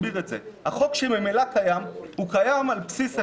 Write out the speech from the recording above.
החוק שממילא קיים, קיים על בסיס אחד.